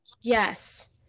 yes